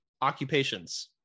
occupations